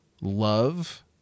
love